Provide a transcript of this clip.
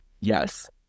Yes